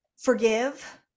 forgive